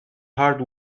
hard